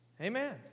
Amen